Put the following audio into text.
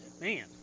man